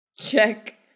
check